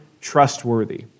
trustworthy